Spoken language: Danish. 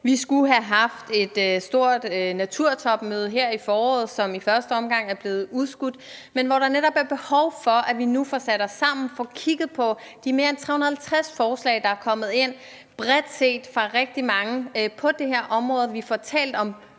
Vi skulle have haft et stort naturtopmøde her i foråret, som i første omgang er blevet udskudt, men hvor der netop er behov for, at vi nu får sat os sammen og får kigget på de mere end 350 forslag, der er kommet ind bredt set fra rigtig mange på det her område, og at vi får talt om